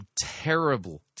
terrible